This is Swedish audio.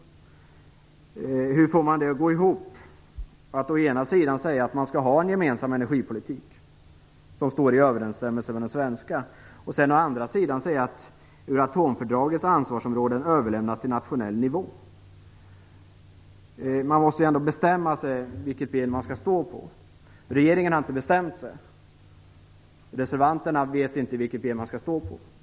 Hur får man det att gå ihop när man å ena sidan säger att vi skall ha en gemensam energipolitik, som står i överensstämmelse med den svenska, och å andra sidan säger att Euratomfördragets ansvarsområden överlämnas till nationell nivå? Man måste ändå bestämma sig vilket ben man skall stå på. Regeringen har inte bestämt sig. Reservanterna vet inte vilket ben de skall stå på.